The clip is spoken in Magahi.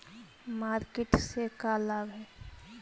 मार्किट से का लाभ है?